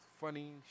funny